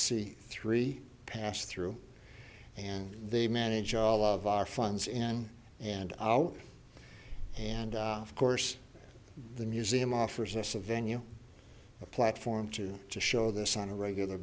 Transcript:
c three passed through and they manage all of our funds in and out and of course the museum offers us a venue a platform to to show this on a regular